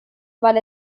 weil